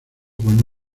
con